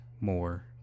More